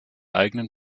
eigenen